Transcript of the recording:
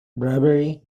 bravery